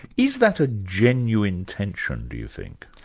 is that a genuine tension, do you think?